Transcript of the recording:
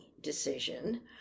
decision